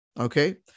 okay